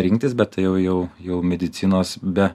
rinktis bet tai jau jau medicinos be